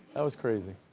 that was crazy.